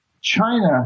China